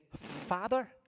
Father